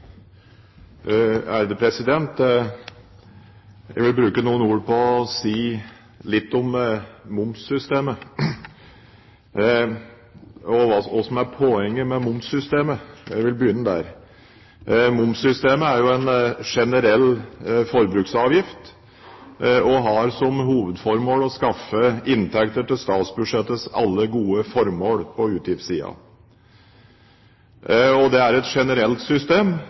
poenget med momssystemet – jeg vil begynne der. Momssystemet er en generell forbruksavgift og har som hovedformål å skaffe inntekter til statsbudsjettets alle gode formål på utgiftssiden. Det er et generelt system, det mest ideelle momssystemet har én sats, slik at det for så vidt er likebehandling av ulike varer og tjenester, og det er et enkelt system.